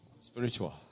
Spiritual